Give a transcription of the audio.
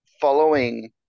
following